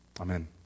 Amen